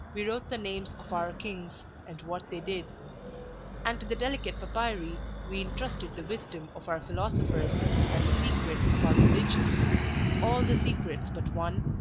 we wrote the names of our kings, and what they did and to the delicate papyri we intrusted the wisdom of our philosophers and the secrets of our religion all the secrets but one,